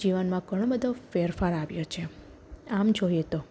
જીવનમાં ઘણો બધો ફેરફાર આવ્યો છે આમ જોઈએ તો